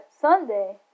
Sunday